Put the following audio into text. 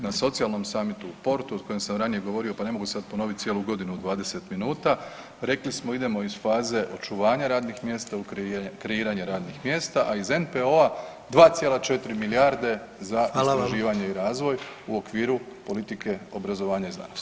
Na socijalnom samitu u Portu o kojem sam ranije govorio pa ne mogu sad ponoviti cijelu godinu u 20 minuta, rekli smo, idemo iz faze očuvanja radnih mjesta u kreiranje radnih mjesta, a iz NPOO-a 2,4 milijarde za istraživanje i razvoj [[Upadica: Hvala vam.]] u okviru politike obrazovanja i znanosti.